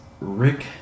Rick